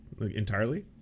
Entirely